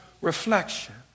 reflection